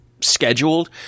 scheduled